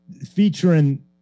featuring